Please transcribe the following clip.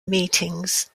meetings